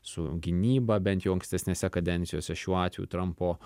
su gynyba bent jau ankstesnėse kadencijose šiuo atveju trampo